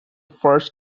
first